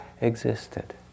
existed